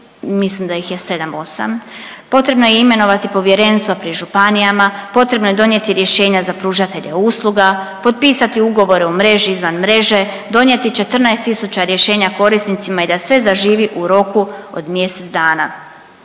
mislim da ih je 7, 8. Potrebno je imenovati povjerenstva pri županijama, potrebno je donijeti rješenja za pružatelje usluga, potpisati ugovore o mreži izvan mreže, donijeti 14 tisuća rješenja korisnicima i da sve zaživi u roku od mjesec dana.